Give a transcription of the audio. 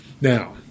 now